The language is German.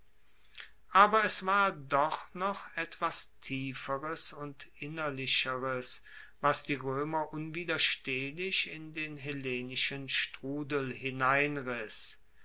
aber es war doch noch etwas tieferes und innerlicheres was die roemer unwiderstehlich in den hellenischen strudel hineinriss